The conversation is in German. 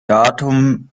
datum